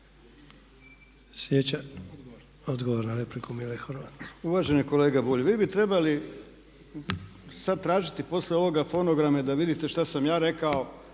Mile Horvat. **Horvat, Mile (SDSS)** Uvaženi kolega Bulj, vi bi trebali sada tražiti poslije ovoga fonograme da vidite što sam ja rekao